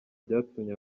byatumye